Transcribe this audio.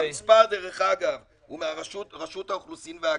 המספר, דרך אגב, הוא מרשות האוכלוסין וההגירה.